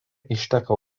išteka